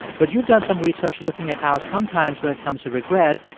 but you've done some research looking at how sometimes, when it comes to regret,